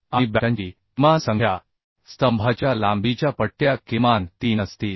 आणि बॅटनची किमान संख्या स्तंभाच्या लांबीच्या पट्ट्या किमान 3 असतील